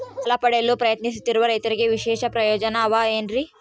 ಸಾಲ ಪಡೆಯಲು ಪ್ರಯತ್ನಿಸುತ್ತಿರುವ ರೈತರಿಗೆ ವಿಶೇಷ ಪ್ರಯೋಜನ ಅವ ಏನ್ರಿ?